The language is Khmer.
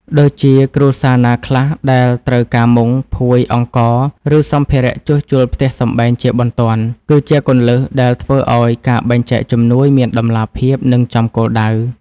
ដូចជាគ្រួសារណាខ្លះដែលត្រូវការមុង ភួយ អង្ករ ឬសម្ភារៈជួសជុលផ្ទះសម្បែងជាបន្ទាន់ គឺជាគន្លឹះដែលធ្វើឱ្យការបែងចែកជំនួយមានតម្លាភាព និងចំគោលដៅ។